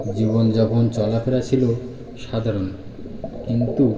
জীবনযাপন চলাফেরা ছিল সাধারণ কিন্তু